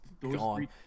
gone